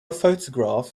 photograph